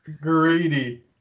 Greedy